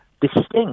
distinct